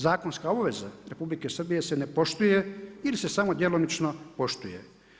Zakonska obveza Republike Srbije se ne poštuje ili se samo djelomično poštuje.